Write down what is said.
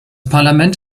parlament